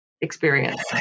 experience